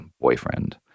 boyfriend